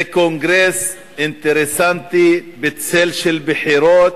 זה קונגרס אינטרסנטי, בצל של בחירות,